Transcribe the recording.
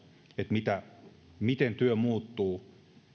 miten työ muuttuu